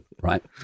Right